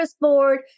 board